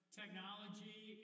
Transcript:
technology